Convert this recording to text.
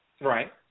Right